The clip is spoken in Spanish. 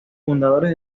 fundadores